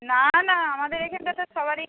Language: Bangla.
না না আমাদের এখানটাতে সবারই